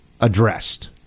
addressed